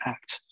Act